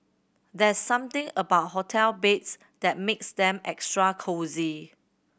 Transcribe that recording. there's something about hotel beds that makes them extra cosy